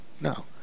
No